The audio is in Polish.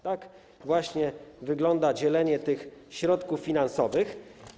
Tak właśnie wygląda dzielenie tych środków finansowych.